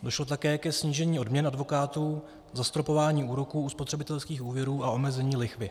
Došlo také ke snížení odměn advokátů, zastropování úroků u spotřebitelských úvěrů a omezení lichvy.